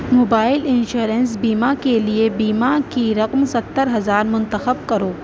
mobile insurance بیمہ کے لیے بیمہ کی رقم ستر ہزار منتخب کرو